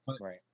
right